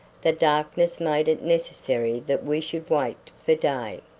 the darkness made it necessary that we should wait for day.